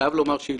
וזה